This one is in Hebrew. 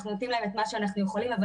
אנחנו נותנים להם את מה שאנחנו יכולים אבל